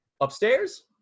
Upstairs